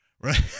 Right